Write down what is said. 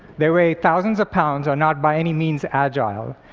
they weigh thousands of pounds, are not by any means agile.